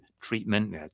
treatment